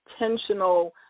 intentional